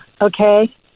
Okay